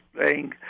playing